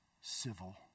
civil